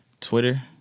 Twitter